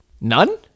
None